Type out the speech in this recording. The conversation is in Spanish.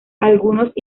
algunos